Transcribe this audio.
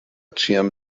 ĉiam